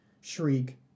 Shriek